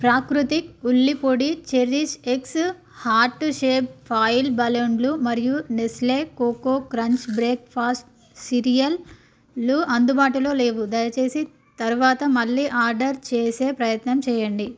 ప్రాకృతిక్ ఉల్లి పొడి Cherish X heart shape foil బలూన్లు మరియు నెస్లే కోకో క్రంచ్ బ్రేక్ఫాస్ట్ సిరియల్లు అందుబాటులో లేవు దయచేసి తరువాత మళ్ళీ ఆర్డర్ చేసే ప్రయత్నం చేయండి